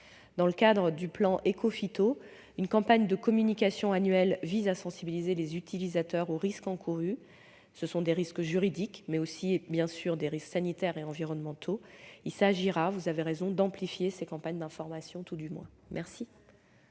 Dans le cadre du plan Écophyto, une campagne de communication annuelle vise à sensibiliser les utilisateurs aux risques encourus, qui sont juridiques, mais aussi sanitaires et environnementaux. Il s'agira, vous avez raison, d'amplifier ces campagnes d'information. La parole est